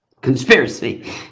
conspiracy